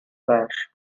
flash